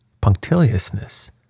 punctiliousness